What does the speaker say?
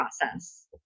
process